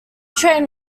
train